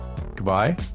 Goodbye